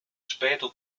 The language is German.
später